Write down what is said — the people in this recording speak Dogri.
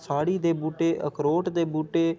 साह्ड़ी दे बूह्टे अखरोट दे बूह्टे